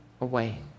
away